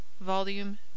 Volume